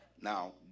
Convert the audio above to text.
Now